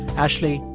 ashley,